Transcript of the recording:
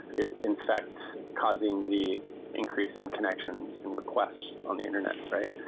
is in fact causing the increase in connections and requests on the internet, right?